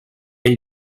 ell